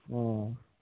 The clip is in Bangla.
ও